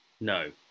No